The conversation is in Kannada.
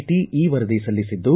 ಟಿ ಈ ವರದಿ ಸಲ್ಲಿಸಿದ್ದು